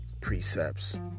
precepts